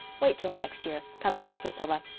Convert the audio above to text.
wait till next year, comforted priscilla.